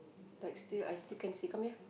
like still I still can see come here